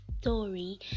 story